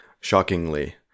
shockingly